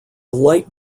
light